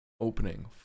opening